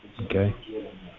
Okay